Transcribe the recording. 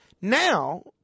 Now